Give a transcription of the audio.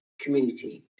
community